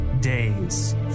Days